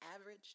average